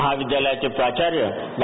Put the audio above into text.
महाविद्यालयाचे प्राचार्य डॉ